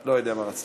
לא יודע מה רצתה.